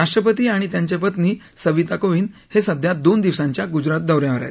राष्ट्रपती आणि त्यांच्या पत्नी सविता कोविंद हे सध्या दोन दिवसांच्या गुजरात दौ यावर आहेत